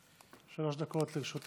שלוש דקות לרשות